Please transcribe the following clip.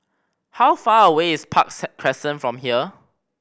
how far away is Park Crescent from here